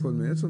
הכול מעץ?